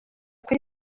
kuri